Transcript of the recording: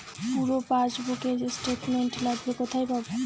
পুরো পাসবুকের স্টেটমেন্ট লাগবে কোথায় পাব?